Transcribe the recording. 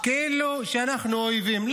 כאילו שאנחנו אויבים.